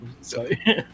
sorry